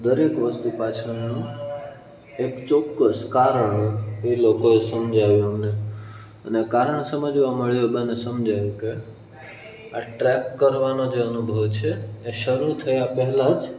દરેક વસ્તુ પાછળનું એક ચોક્કસ કારણ એ લોકોએ સમજાવ્યું અમને અને કારણ સમજવા મળ્યું એ બહાને સમજાયું કે આ ટ્રેક કરવાનો જે અનુભવ છે એ શરૂ થયા પહેલાં જ